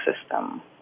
system